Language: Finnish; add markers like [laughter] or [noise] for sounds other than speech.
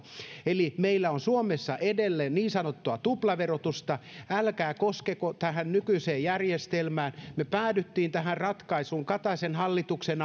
eli meillä on suomessa edelleen niin sanottua tuplaverotusta älkää koskeko tähän nykyiseen järjestelmään me päädyimme tähän ratkaisuun kataisen hallituksen [unintelligible]